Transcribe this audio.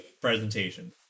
presentation